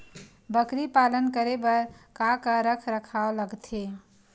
बकरी पालन करे बर काका रख रखाव लगथे?